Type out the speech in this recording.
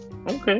Okay